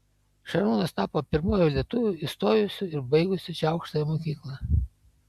šarūnas tapo pirmuoju lietuviu įstojusiu ir baigusiu šią aukštąją mokyklą